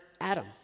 Adam